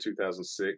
2006